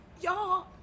y'all